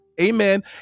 Amen